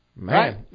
Man